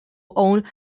owned